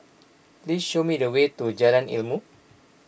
please show me the way to Jalan Ilmu